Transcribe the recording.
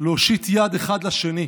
להושיט יד אחד לשני,